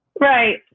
Right